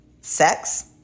Sex